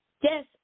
Yes